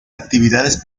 actividades